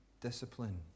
discipline